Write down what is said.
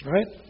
Right